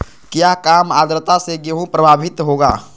क्या काम आद्रता से गेहु प्रभाभीत होगा?